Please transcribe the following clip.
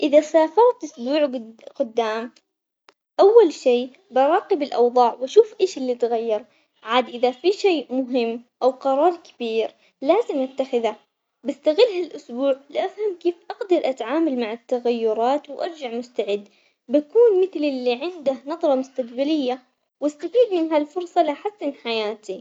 إذا سافرت أسبوع قد- قدام أول شي براقب الأوضاع وأشوف إيش اللي تغير، عاد إذا في شي مهم أو قرار كبير لازم أتخذه بستغل هالأسبوع لفهم كيف أقدر أتعامل مع التغيرات وأرجع مستعد، بطون مثل اللي عنده نظرة مستقبلية وأستفيد من هالفرصة لأحسن حياتي.